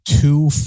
two